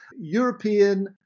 European